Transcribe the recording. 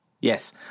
Yes